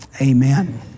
Amen